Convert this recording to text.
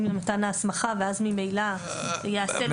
למתן ההסמכה ואז ממילא ייעשה לו שימוע.